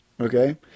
okay